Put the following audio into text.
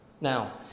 Now